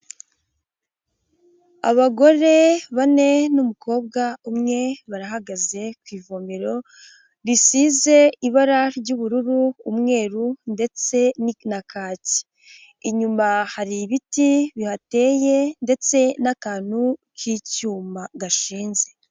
Abagore bane n'umukobwa umwe barahagaze ku ivomero risize ibara ry'ubururu, umweru ndetse na kake, inyuma hari ibiti bihateye ndetse n'akantu k'icyuma gashinze.